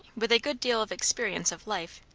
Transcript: with a good deal of experience of life,